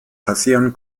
passieren